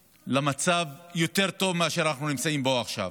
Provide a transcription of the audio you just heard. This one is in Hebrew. למצב יותר טוב משאנחנו נמצאים בו עכשיו,